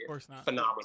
phenomenal